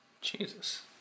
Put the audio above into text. Jesus